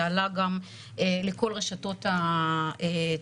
זה עלה גם לכל רשתות התקשורת,